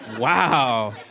Wow